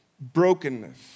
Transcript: brokenness